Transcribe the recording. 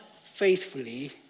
faithfully